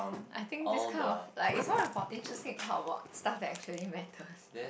I think this kind of like it's one of our interesting talk about stuff that actually matters